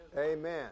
Amen